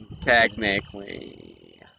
Technically